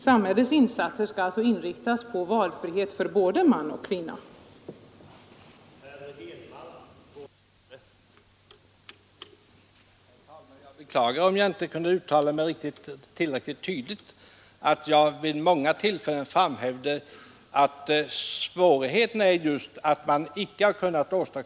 Samhällets insatser skall därför inriktas på åtgärder som leder till ekonomiskt oberoende och därmed till valfrihet för både man och kvinna.